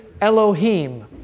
Elohim